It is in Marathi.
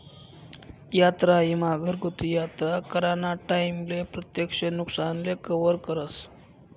यात्रा ईमा घरगुती यात्रा कराना टाईमले अप्रत्यक्ष नुकसानले कवर करस